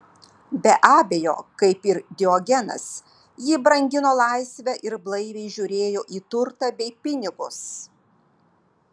be abejo kaip ir diogenas ji brangino laisvę ir blaiviai žiūrėjo į turtą bei pinigus